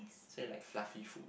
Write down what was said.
so you like fluffy foods